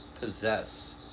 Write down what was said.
possess